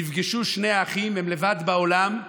נפגשו שני אחים, הם לבד בעולם,